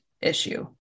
issue